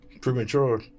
Premature